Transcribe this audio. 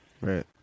Right